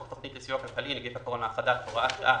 התכנית לסיוע כלכלי (נגיף הקורונה החדש) (הוראת שעה),